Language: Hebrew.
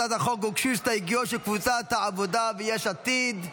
להצעת החוק הוגשו הסתייגויות של קבוצות העבודה ויש עתיד.